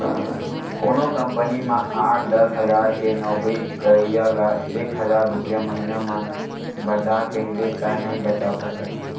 कोनो कंपनी म आठ, दस हजार के नउकरी करइया ल एक हजार रूपिया महिना म बचा कहिबे त नइ बचा सकय